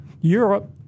Europe